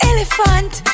Elephant